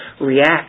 React